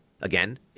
Again